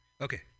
Okay